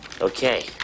Okay